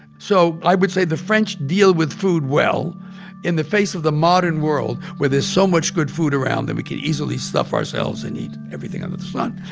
so i would say the french deal with food well in the face of the modern world where there's so much good food around them. we could easily stuff ourselves and eat everything under the sun.